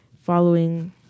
following